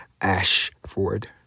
Ashford